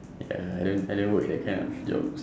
ya I don't I don't work in that kind of jobs